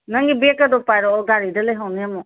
ꯅꯪꯒꯤ ꯕꯦꯒꯀꯗꯣ ꯄꯥꯏꯔꯛꯑꯣ ꯒꯥꯔꯤꯗ ꯂꯩꯍꯧꯅꯤ ꯑꯃꯨꯛ